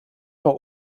war